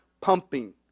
pumping